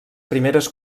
primeres